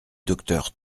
docteur